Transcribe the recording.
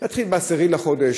להתחיל ב-10 בחודש.